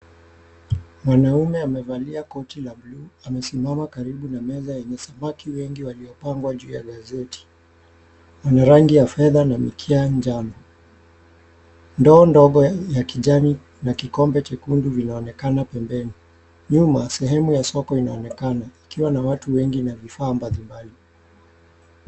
Mwanaume amevalia koti la buluu, amesimama karibu na meza yenye samaki wengi waliopangwa juu ya gazeti wenye rangi ya fedha na mikia njano. Ndoo ndogo ya kijani na kikombe chekund𝑢 vinaonekana pembeni. Nyuma, sehemu ya soko inaonekana ikiwa na watu wengi na vifaa mbalimbali.